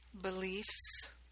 beliefs